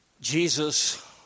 Jesus